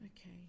okay